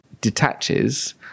detaches